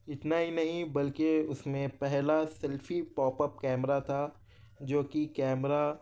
اتنا ہی نہیں بلکہ اُس میں پہلا سیلفی پاپ اپ کیمرا تھا جو کہ کیمرا